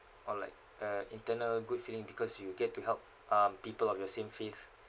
or like a internal good feeling because you get to help um people of your same faith